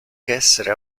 essere